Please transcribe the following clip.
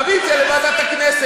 תביא את זה לוועדת הכנסת.